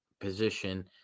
position